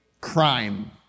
crime